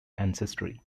ancestry